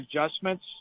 adjustments